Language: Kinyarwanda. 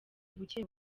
buke